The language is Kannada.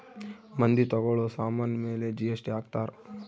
ಮಂದಿ ತಗೋಳೋ ಸಾಮನ್ ಮೇಲೆ ಜಿ.ಎಸ್.ಟಿ ಹಾಕ್ತಾರ್